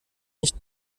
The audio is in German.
nicht